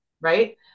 Right